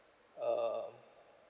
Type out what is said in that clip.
uh